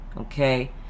okay